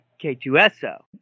K2SO